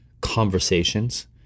conversations